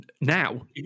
Now